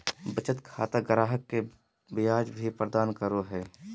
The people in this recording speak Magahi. बचत खाता ग्राहक के ब्याज भी प्रदान करो हइ